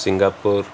Singapore